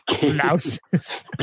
Blouses